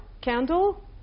candle